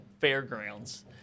Fairgrounds